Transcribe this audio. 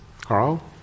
Carl